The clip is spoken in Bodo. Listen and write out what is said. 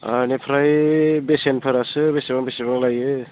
बेनिफ्राय बेसेनफोरासो बेसेबां बेसेबां लायो